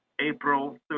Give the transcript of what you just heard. April